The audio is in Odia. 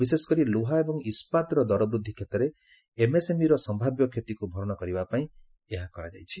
ବିଶେଷକରି ଲୁହା ଏବଂ ଇସ୍କାତର ଦର ବୃଦ୍ଧି କ୍ଷେତ୍ରରେ ଏମ୍ଏସ୍ଏମ୍ଇର ସମ୍ଭାବ୍ୟ କ୍ଷତିକ୍ ଭରଣା କରିବା ପାଇଁ ଏହା କରାଯାଇଛି